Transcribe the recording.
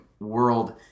world